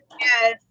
yes